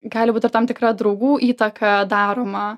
gali būt ir tam tikra draugų įtaka daroma